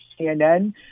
CNN